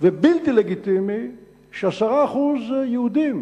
ובלתי לגיטימי ש-10% יהודים